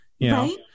Right